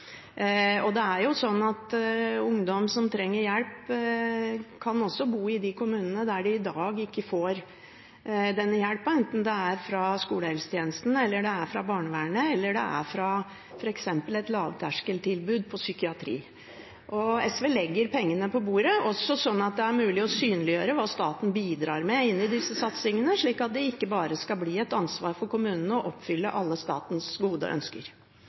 ikke. Det er jo sånn at ungdom som trenger hjelp, også kan bo i de kommunene der de i dag ikke får denne hjelpen, enten det er fra skolehelsetjenesten, fra barnevernet eller fra f.eks. et lavterskeltilbud innen psykiatri. SV legger pengene på bordet, også sånn at det er mulig å synliggjøre hva staten bidrar med i disse satsingene, slik at det ikke bare blir et ansvar for kommunene å oppfylle alle statens gode ønsker.